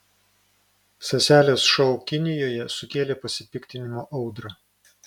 seselės šou kinijoje sukėlė pasipiktinimo audrą